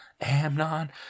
Amnon